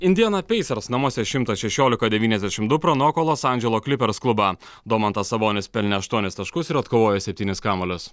indiana pacers namuose šimtas šešiolika devyniasdešimt du pranoko los andželo clippers klubą domantas sabonis pelnė aštuonis taškus ir atkovojo septynis kamuolius